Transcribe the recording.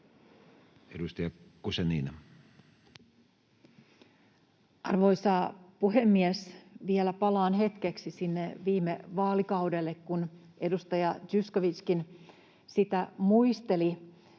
14:31 Content: Arvoisa puhemies! Vielä palaan hetkeksi sinne viime vaalikaudelle, kun edustaja Zyskowiczkin sitä muisteli.